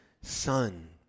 son